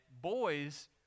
boys